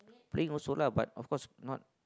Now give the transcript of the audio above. play also lah but of cause not